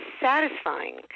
satisfying